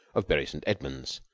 of bury st. edwards,